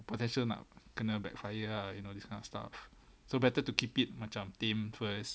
potential nak kena backfire ah you know this kind of stuff so better to keep it macam tame first